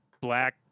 black